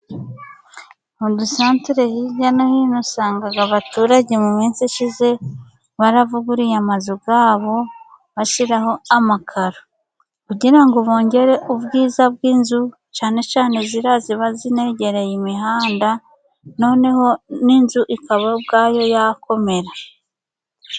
Mu dusantere hirya no hino usanga abaturage mu minsi ishize baravugururiye amazu yabo ,bashyiraho amakararo kugira ngo bongere ubwiza bw'inzu, cyane cyane ziriya ziba zinegereye imihanda, noneho n'inzu ikaba ubwayo yakomera.